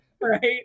Right